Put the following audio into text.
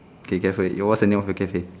okay cafe ah what's the name of your cafe